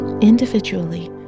individually